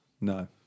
No